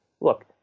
look